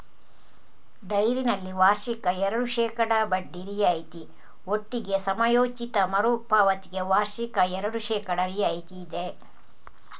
ಡೈರಿನಲ್ಲಿ ವಾರ್ಷಿಕ ಎರಡು ಶೇಕಡಾ ಬಡ್ಡಿ ರಿಯಾಯಿತಿ ಒಟ್ಟಿಗೆ ಸಮಯೋಚಿತ ಮರು ಪಾವತಿಗೆ ವಾರ್ಷಿಕ ಎರಡು ಶೇಕಡಾ ರಿಯಾಯಿತಿ ಇದೆ